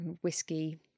whiskey